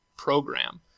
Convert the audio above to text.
program